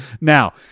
Now